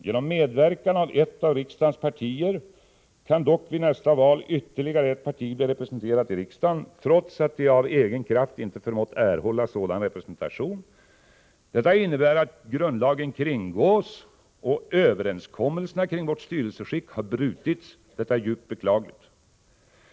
”Genom medverkan av ett av riksdagens partier kan dock vid nästa val ytterligare ett parti bli representerat i riksdagen, trots att det av egen kraft inte förmått erhålla sådan representation. Detta innebär att grundlagen kringgås och att överenskommelserna kring vårt styrelseskick har brutits. Detta är djupt beklagligt.